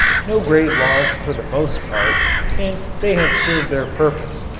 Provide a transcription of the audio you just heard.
no great loss for the most part since they have served their purpose,